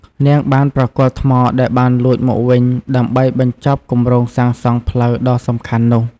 នាងបានប្រគល់ថ្មដែលបានលួចមកវិញ ដើម្បីបញ្ចប់គម្រោងសាងសង់ផ្លូវដ៏សំខាន់នោះ។